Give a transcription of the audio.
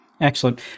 excellent